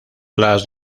las